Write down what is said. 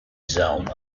zone